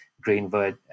Greenwood